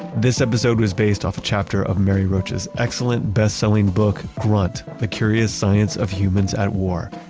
this episode was based off a chapter of mary roach's excellent bestselling book, grunt the curious science of humans at war.